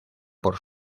por